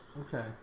Okay